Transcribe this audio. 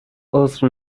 عذر